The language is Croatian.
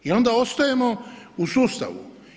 I onda ostajemo u sustavu.